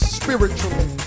spiritually